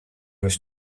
wish